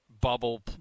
bubble